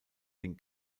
den